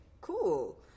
cool